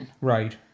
Right